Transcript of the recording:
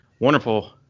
Wonderful